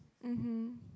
mmhmm